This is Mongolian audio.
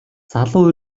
залуу